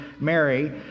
Mary